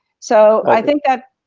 so i think that.